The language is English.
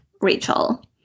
rachel